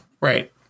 Right